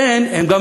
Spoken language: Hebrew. הם יותר עשירים.